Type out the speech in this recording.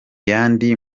yandi